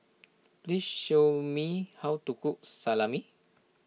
please show me how to cook Salami